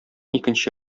икенче